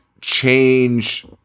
change